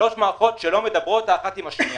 שלוש מערכות שלא דיברו האחת עם השנייה.